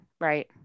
right